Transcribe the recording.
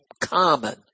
common